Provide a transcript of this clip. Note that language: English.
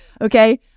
okay